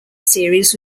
series